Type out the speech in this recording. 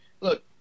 look